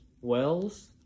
Wells